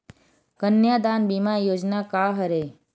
कन्यादान बीमा योजना का हरय?